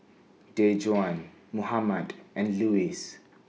Dejuan Mohammed and Luis